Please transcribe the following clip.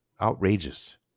outrageous